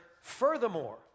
Furthermore